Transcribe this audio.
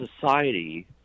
society